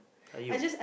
are you